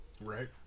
Right